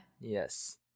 Yes